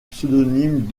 pseudonymes